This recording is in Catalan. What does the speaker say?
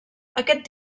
aquest